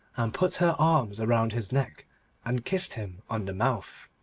and put her arms around his neck and kissed him on the mouth.